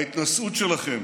ההתנשאות שלכם